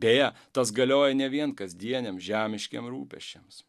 beje tas galioja ne vien kasdieniam žemiškiem rūpesčiams